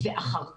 ואחר כך,